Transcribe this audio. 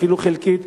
אפילו חלקית,